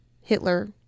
Hitler